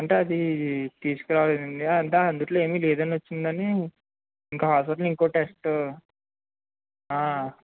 అంటే అది తీసుకురాలేదండి అంటే అందులో ఏమీ లేదని వచ్చిందని ఇంకా అవసరంలేదు ఇంకొక టెస్ట్